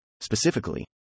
specifically